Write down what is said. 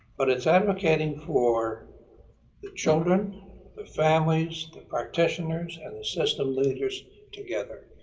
but it is advocating for the children, the families, the practitioners, and the system leaders together.